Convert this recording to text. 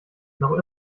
noch